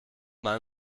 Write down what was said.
mal